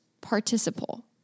participle